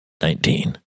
Nineteen